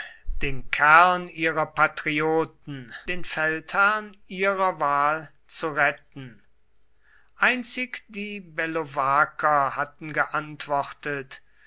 den kern ihrer patrioten den feldherrn ihrer wahl zu retten einzig die bellovaker hatten geantwortet